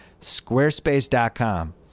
Squarespace.com